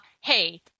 Hey